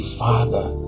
father